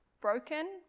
broken